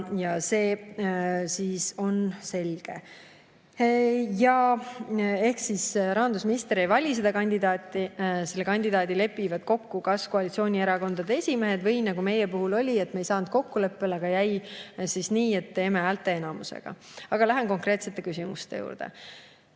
ja see on siis selge. Ehk rahandusminister ei vali seda kandidaati, selle kandidaadi lepivad kokku kas koalitsioonierakondade esimehed või nagu sel puhul oli, et me ei saanud kokkuleppele, aga jäi nii, et teeme [otsuse] häälteenamusega. Aga lähen konkreetsete küsimuste juurde.